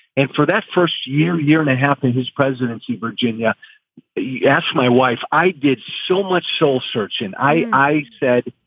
and for that first year, year and a half in his presidency, virginia yeah asked my wife, i did so much soul searching. i said,